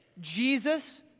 Jesus